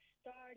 started